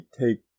take